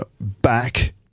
back